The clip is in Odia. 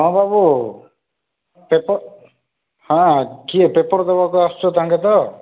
ହଁ ବାବୁ ପେପର୍ ହଁ କିଏ ପେପର୍ ଦେବାକୁ ଆସୁଛ ତାଙ୍କେ ତ